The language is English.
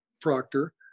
Proctor